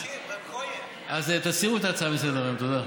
אז תסירו את ההצעה מסדר-היום, תודה.